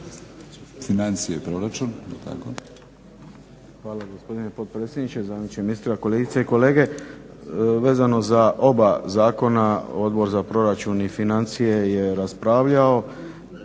financije i proračun.